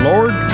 Lord